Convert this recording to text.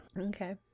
Okay